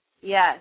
yes